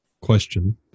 question